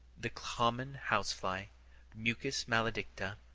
the common house-fly musca maledicta.